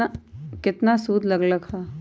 केतना सूद लग लक ह?